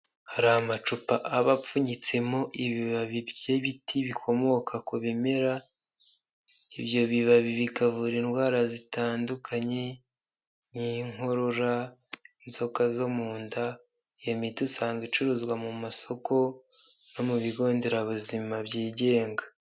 Hari amacupa aba apfunyitsemo ibibabi by'ibiti bikomoka ku bimera, ibyo bibabi bikavura indwara zitandukanye, nk'inkorora, inzoka zo mu nda, iyo miti usanga icuruzwa mu masoko, no mu bigonderabuzima byigenga.